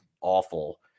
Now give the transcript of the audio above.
awful